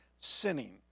sinning